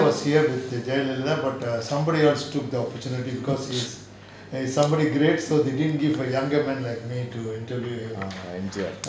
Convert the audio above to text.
ah